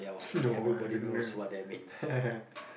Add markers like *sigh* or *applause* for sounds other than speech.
no I've no *laughs*